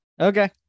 okay